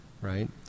right